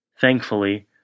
Thankfully